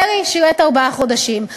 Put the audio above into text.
דרעי שירת ארבעה חודשים.